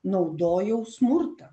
naudojau smurtą